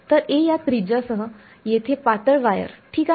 तर a या त्रिज्यासह येथे पातळ वायर ठीक आहे